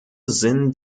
sind